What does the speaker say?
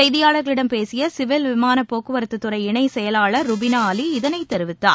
செய்தியாளர்களிடம் பேசியசிவில் விமானபோக்குவரத்துதுறை இணைசெயவாளர் ரூபினாஅலி இதனைத் தெரிவித்தார்